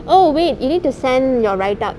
oh wait you need to send your write-up